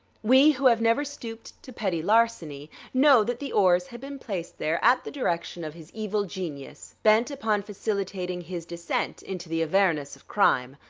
we who have never stooped to petty larceny know that the oars had been placed there at the direction of his evil genius bent upon facilitating his descent into the avernus of crime.